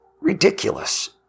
ridiculous